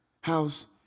house